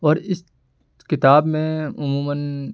اور اس کتاب میں عموماً